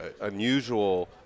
unusual